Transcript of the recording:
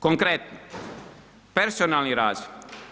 Konkretno personalni razvoj.